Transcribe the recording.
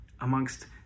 amongst